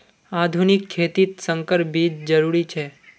आधुनिक खेतित संकर बीज जरुरी छे